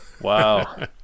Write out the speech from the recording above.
Wow